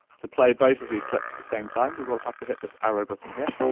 to play both of these clips at the same time we will have to hit this arrow button here.